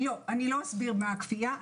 לא אסביר מה הכפייה.